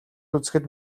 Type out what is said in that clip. үзэхэд